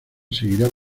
seguirán